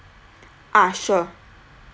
ah sure